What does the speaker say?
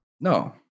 No